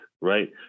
right